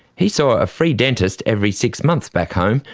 he saw a free dentist every six months back home,